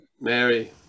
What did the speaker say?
Mary